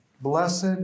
blessed